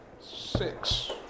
Six